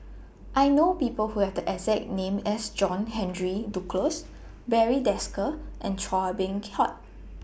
I know People Who Have The exact name as John Henry Duclos Barry Desker and Chua Beng Huat